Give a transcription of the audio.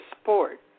sport